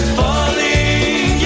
falling